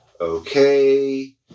Okay